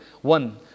one